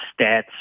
stats